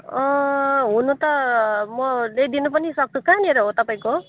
हुनु त म ल्याइदिनु पनि सक्छु कहाँनिर हो तपाईँको